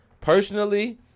personally